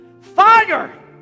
Fire